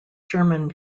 sherman